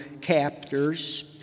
captors